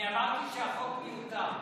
אני אמרתי שהחוק מיותר.